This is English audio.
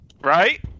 right